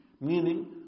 meaning